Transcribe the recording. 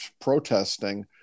protesting